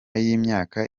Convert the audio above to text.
y’imyaka